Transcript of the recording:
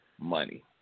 money